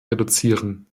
reduzieren